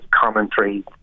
commentary